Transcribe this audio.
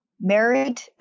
married